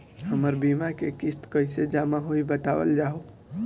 हमर बीमा के किस्त कइसे जमा होई बतावल जाओ?